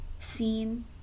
seen